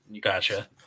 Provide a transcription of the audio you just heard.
Gotcha